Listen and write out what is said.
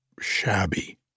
shabby